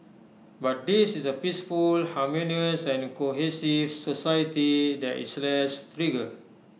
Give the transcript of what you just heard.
but this is A peaceful harmonious and cohesive society there is less trigger